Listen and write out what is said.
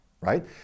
right